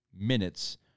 minutes